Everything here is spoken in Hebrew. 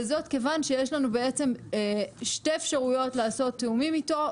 וזאת כיוון שיש לנו בעצם שתי אפשרויות לעשות תיאומים איתו,